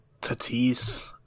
Tatis